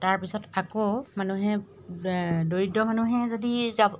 তাৰপিছত আকৌ মানুহে দৰিদ্ৰ মানুহে যদি যাব